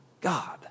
God